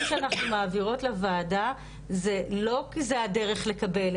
שאנחנו מעבירות לוועדה זה לא כי זה הדרך לקבל,